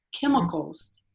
chemicals